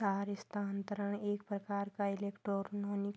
तार स्थानांतरण एक प्रकार का इलेक्ट्रोनिक